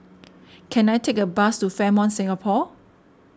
can I take a bus to Fairmont Singapore